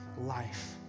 life